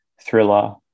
thriller